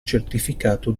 certificato